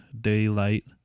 daylight